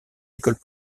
école